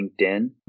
LinkedIn